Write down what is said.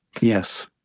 Yes